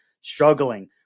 struggling